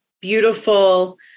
beautiful